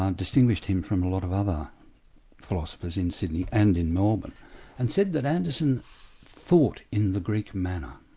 um distinguished him from a lot of other philosophers in sydney and in melbourne and said that anderson thought in the greek manner.